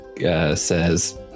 says